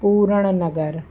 Puran Nagar